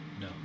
No